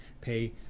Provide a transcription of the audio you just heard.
pay